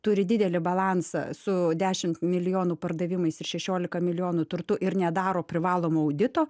turi didelį balansą su dešimt milijonų pardavimais ir šešiolika milijonų turtu ir nedaro privalomo audito